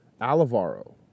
Alvaro